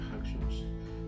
actions